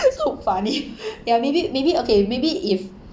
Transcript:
so funny ya maybe maybe okay maybe if